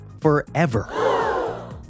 forever